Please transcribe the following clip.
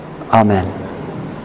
Amen